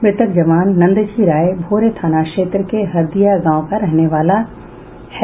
मृतक जवान नंदजी राय भोरे थाना क्षेत्र के हरदिया गांव का रहने वाला है